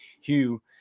Hugh –